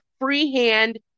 freehand